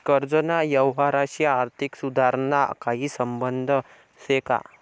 कर्जना यवहारशी आर्थिक सुधारणाना काही संबंध शे का?